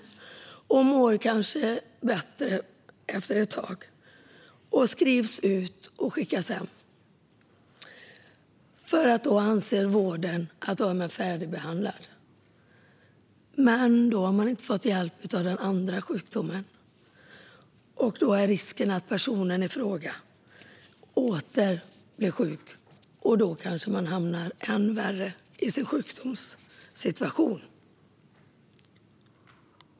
Personen mår kanske bättre efter ett tag och skrivs ut och skickas hem, för då anser vården att personen är färdigbehandlad. Men då har man inte fått hjälp med den andra sjukdomen. Risken är att personen åter blir sjuk, och då kanske sjukdomssituationen blir än värre.